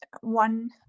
one